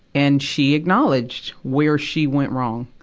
and she acknowledged where she went wrong.